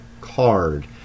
card